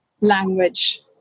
language